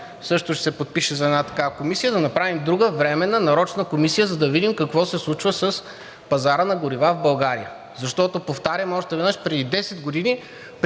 също ще се подпише за една такава комисия, да направим друга временна нарочна комисия, за да видим какво се случва с пазара на горива в България. Защото, повтарям още веднъж, преди 10 години